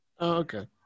Okay